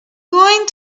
going